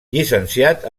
llicenciat